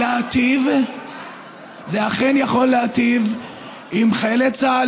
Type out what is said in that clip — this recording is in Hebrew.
להיטיב עם חיילי צה"ל,